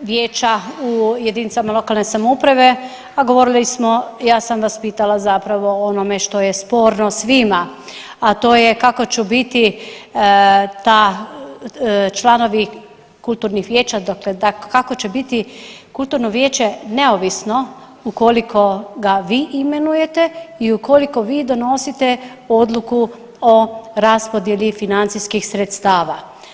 vijeća u jedinicama lokalne samouprave, a govorili smo, ja sam vas pitala zapravo o onome što je sporno svima, a to je kako ću biti ta, članovi kulturnih vijeća, dakle kako će biti kulturno vijeće neovisno ukoliko ga vi imenujete i ukoliko vi donosite odluku o raspodijeli financijskih sredstava.